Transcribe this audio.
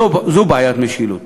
זו בעיית משילות.